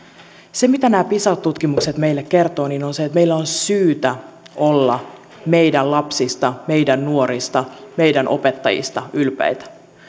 se mitä nämä pisa tutkimukset meille kertovat on se että meillä on syytä olla meidän lapsistamme meidän nuoristamme meidän opettajistamme ylpeitä